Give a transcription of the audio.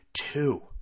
two